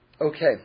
Okay